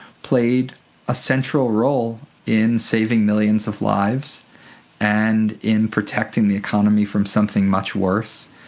played a central role in saving millions of lives and in protecting the economy from something much worse,